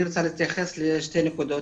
אני רוצה להתייחס לשתי נקודות,